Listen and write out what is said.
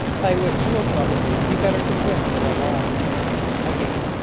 by which you will probably be better convinced of our loss again,